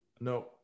no